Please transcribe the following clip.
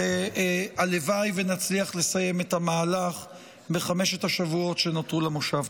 והלוואי שנצליח לסיים את המהלך בחמשת השבועות שנותרו למושב.